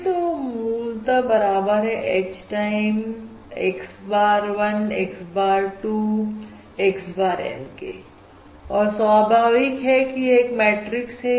और जो मूलतः बराबर है H time cx abr 1 x bar 2 X bar N के और स्वाभाविक है कि यह एक मैट्रिक्स है